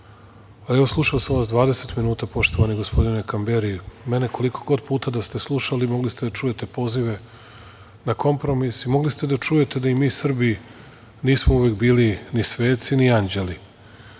slušao sam vas 20 minuta, poštovani gospodine Kamberi, mene koliko god puta da ste slušali, mogli ste da čujete pozive na kompromis i mogli ste da čujete da i mi, Srbi nismo uvek bili ni sveci ni anđeli,